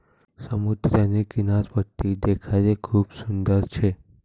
समुद्रनी किनारपट्टी देखाले खूप सुंदर शे